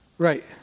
Right